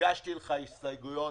הגשתי לך הסתייגויות.